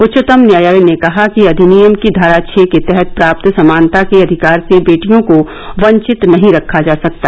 उच्चतम न्यायालय ने कहा कि अधिनियम की धारा छः के तहत प्राप्त समानता के अधिकार से बेटियों को वंचित नहीं रखा जा सकता